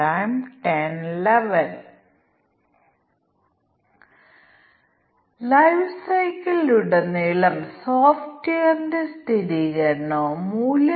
അതിനാൽ എല്ലാം ഇല്ലെങ്കിൽ അത് ഒരു ആഭ്യന്തര വിമാനമല്ല 3000 ൽ കൂടുതൽ 3000 ൽ കൂടരുത് ഞങ്ങൾ സൌജന്യ ഭക്ഷണം നൽകില്ല